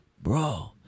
bro